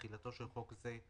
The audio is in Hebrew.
תחולתו של חוק זה,